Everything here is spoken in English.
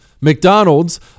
McDonald's